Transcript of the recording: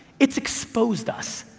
it's exposed us.